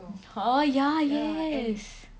ah ya yes